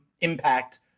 impact